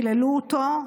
חיללו אותו,